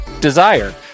Desire